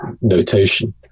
notation